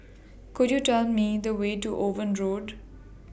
Could YOU Tell Me The Way to Owen Road